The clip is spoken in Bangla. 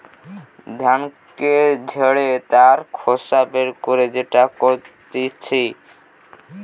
ধানকে ঝেড়ে তার খোসা বের করে যেটা করতিছে